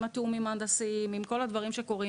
עם התיאומים ההנדסיים וכול הדברים הטובים,